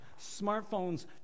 smartphones